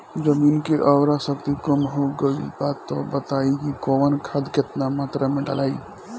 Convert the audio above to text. जमीन के उर्वारा शक्ति कम हो गेल बा तऽ बताईं कि कवन खाद केतना मत्रा में डालि?